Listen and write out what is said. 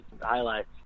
highlights